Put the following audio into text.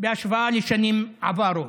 בהשוואה לשנים עברו.